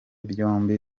byombi